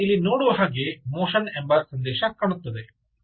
ನೀವು ಈಗ ಇಲ್ಲಿ ನೋಡುವ ಹಾಗೆ ಮೋಷನ್ ಎಂಬ ಸಂದೇಶ ಕಾಣುತ್ತದೆ